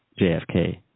JFK